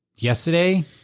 Yesterday